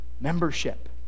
membership